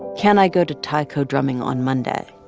can i go to taiko drumming on monday?